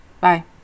Bye